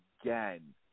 again